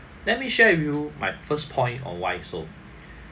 let me share with you my first point of why so